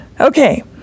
Okay